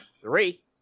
Three